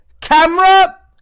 camera